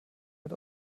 mit